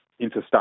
interstate